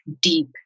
deep